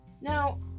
Now